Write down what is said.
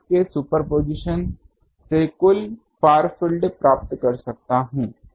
इसलिए मैं उन सभी फ़ील्ड्स के सुपरपोजिशन से कुल फार फील्ड प्राप्त कर सकता हूं